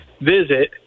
visit